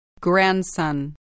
Grandson